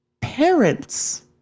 parents